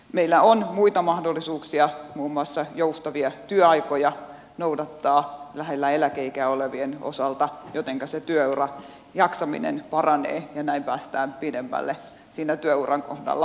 meillä on muita mahdollisuuksia muun muassa noudattaa joustavia työaikoja lähellä eläkeikää olevien osalta jotenka se työuralla jaksaminen paranee ja näin päästään pidemmälle siinä työuran kohdalla